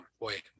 boy